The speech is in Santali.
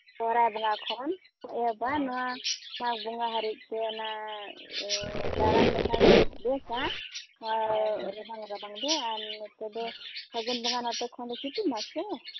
ᱥᱚᱦᱚᱨᱟᱭ ᱵᱚᱸᱜᱟ ᱠᱷᱚᱱᱠᱚ ᱮᱦᱚᱵᱟ ᱱᱚᱣᱟ ᱢᱟᱜᱽ ᱵᱚᱸᱜᱟ ᱦᱟᱹᱨᱤᱡᱛᱮ ᱚᱱᱟ ᱫᱟᱬᱟᱱ ᱞᱮᱠᱟ ᱵᱮᱥᱟ ᱟᱨ ᱨᱟᱵᱟᱝ ᱨᱟᱵᱟᱝᱫᱚ ᱟᱨ ᱱᱚᱛᱮᱫᱚ ᱯᱷᱟᱹᱜᱩᱱ ᱵᱚᱸᱜᱟ ᱱᱚᱛᱮ ᱠᱷᱚᱱᱫᱚ ᱥᱤᱛᱩᱝᱼᱟ ᱥᱮ